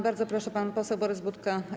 Bardzo proszę, pan poseł Borys Budka.